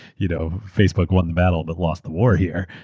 you know facebook won the battle but lost the war here,